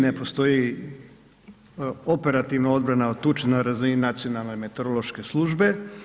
Ne postoji operativna odbrana od tuče na razini nacionalne meteorološke službe.